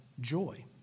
joy